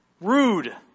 rude